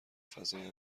فضای